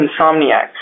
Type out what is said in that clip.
insomniac